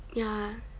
ya